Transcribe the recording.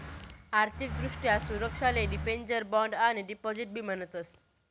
आर्थिक दृष्ट्या सुरक्षाले डिबेंचर, बॉण्ड आणि डिपॉझिट बी म्हणतस